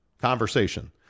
conversation